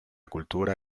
cultura